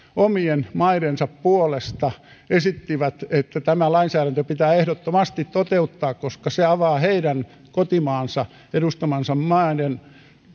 omien maidensa puolesta esittivät että tämä lainsäädäntö pitää ehdottomasti toteuttaa koska se avaa heidän kotimaidensa edustamiensa maiden